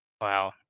Wow